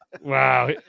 Wow